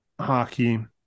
Hockey